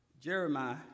Jeremiah